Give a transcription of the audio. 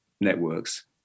networks